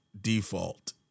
default